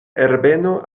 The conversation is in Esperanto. herbeno